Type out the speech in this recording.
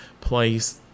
place